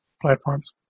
platforms